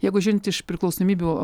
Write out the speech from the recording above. jeigu žiūrint iš priklausomybių